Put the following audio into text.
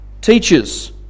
teachers